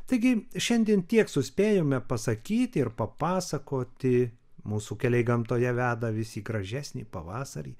taigi šiandien tiek suspėjome pasakyti ir papasakoti mūsų keliai gamtoje veda visi į gražesnį pavasarį